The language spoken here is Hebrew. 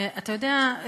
אתה יודע,